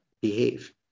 behave